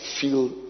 feel